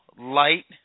light